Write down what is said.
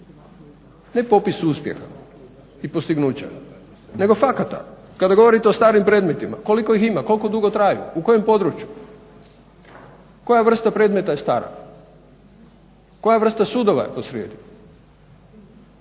ne popis uspjeha i postignuća nego akata. Kada govorite o starim predmetima, koliko ih ima, koliko dugo traju u kojem području, koja vrsta predmeta je stara, koja vrsta sudova je posrijedi